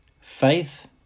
Faith